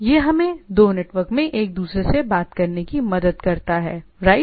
यह हमें दो नेटवर्क में एक दूसरे से बात करने में मदद करता है राइट